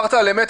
דיברת על אמת,